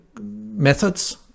methods